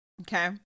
Okay